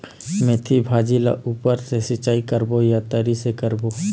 मेंथी भाजी ला ऊपर से सिचाई करबो या तरी से करबो?